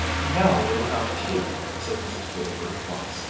now we'll have tea, said mrs. draper at once,